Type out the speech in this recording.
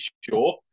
sure